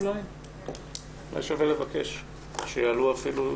אולי שווה לבקש שיעלו.